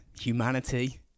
humanity